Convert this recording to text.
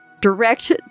direct